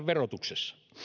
verotuksessa